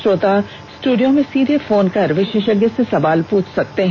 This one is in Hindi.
श्रोता स्टूडियो में सीधे फोन कर विशेषज्ञ से सवाल पूछ सकते हैं